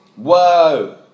Whoa